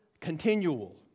continual